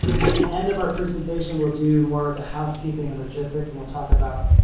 at the end of our presentation we'll do more of the housekeeping and logistics and we'll talk about,